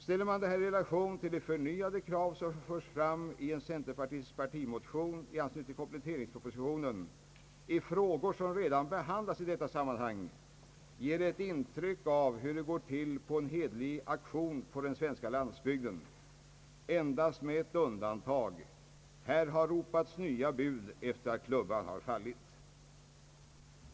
Ställer man detta i rela tion till de förnyade krav som förs fram i en centerpartistisk motion i anslutning till kompletteringpropositionen i frågor som redan behandlas i detta sammanhang, ger det ett intryck av hur det går till på en hederlig auktion på den svenska landsbygden .— endast med ett undantag: här har ropats nya bud efter det att klubban redan fallit!